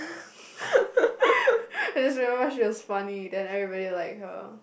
I just remember she was funny then everybody like her